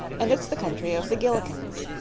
and it's the country of the gillikins.